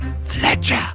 Fletcher